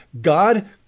God